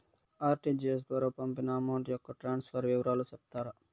RTGS ద్వారా పంపిన amount యొక్క ట్రాన్స్ఫర్ వివరాలు సెప్తారా